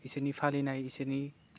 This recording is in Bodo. एसोरनि फालिनाय एसोरनि